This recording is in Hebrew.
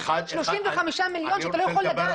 35 מיליון שאתה לא יכול לגעת בהם.